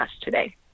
today